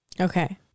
Okay